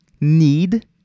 Need